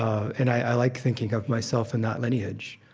ah and i like thinking of myself in that lineage,